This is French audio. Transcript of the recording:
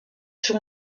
sur